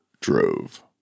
drove